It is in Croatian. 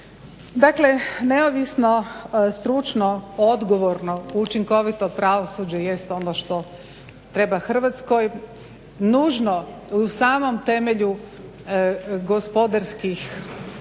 Dakle, neovisno, stručno, odgovorno, učinkovito pravosuđe jest ono što treba Hrvatskoj, nužno u samom temelju gospodarskih